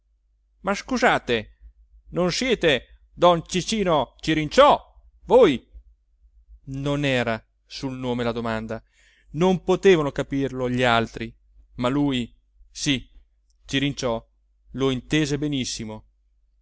ma scusate non siete don ciccino cirinciò voi non era sul nome la domanda non potevano capirlo gli altri ma lui sì cirinciò lo intese benissimo